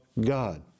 God